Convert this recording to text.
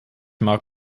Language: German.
mag